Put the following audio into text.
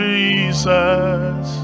Jesus